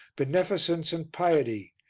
beneficence and piety,